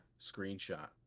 screenshot